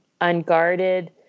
unguarded